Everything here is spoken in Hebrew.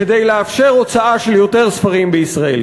כדי לאפשר הוצאה של יותר ספרים בישראל.